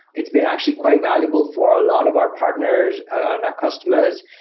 it's been actually quite valuable for a lot of our partners, on our customers,